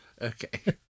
Okay